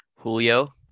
Julio